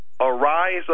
arise